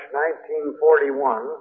1941